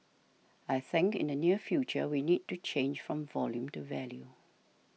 I think in the near future we need to change from volume to value